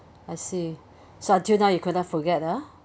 I see so until now you could not forget ah